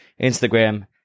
Instagram